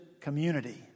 community